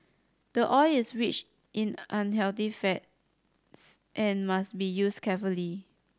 the oil is rich in unhealthy fats and must be used carefully